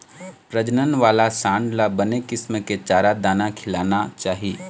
प्रजनन वाला सांड ल बने किसम के चारा, दाना खिलाना चाही